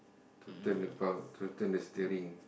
to turn the to turn the steering